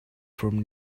from